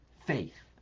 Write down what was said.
Faith